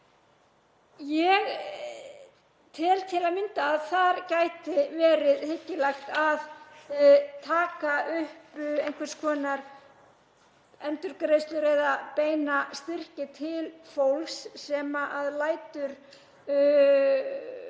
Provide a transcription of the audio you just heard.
Ég tel til að mynda að það gæti verið hyggilegt að taka upp einhvers konar endurgreiðslur eða beina styrki til fólks sem lætur reyna